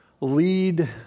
lead